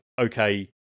okay